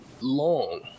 long